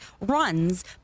runs